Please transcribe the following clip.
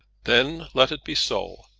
then let it be so.